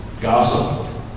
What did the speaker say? Gossip